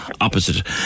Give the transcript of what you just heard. opposite